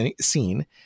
scene